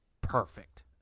perfect